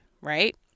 right